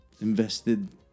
invested